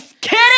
kidding